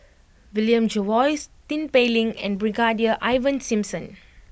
William Jervois Tin Pei Ling and Brigadier Ivan Simson